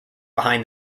behind